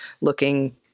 looking